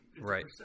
Right